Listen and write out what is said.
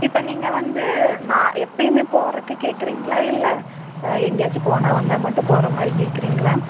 இப்போ நீங்கள் வந்து நான் எப்பயுமே போடுகிறதுக்கு கேட்குறீங்களா இல்லை எங்கேயாச்சி போனால் வந்தால் மட்டும் போடுகிற மாதிரி கேட்கிறீங்களா